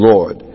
Lord